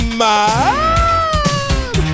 mad